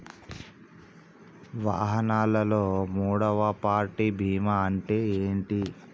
వాహనాల్లో మూడవ పార్టీ బీమా అంటే ఏంటి?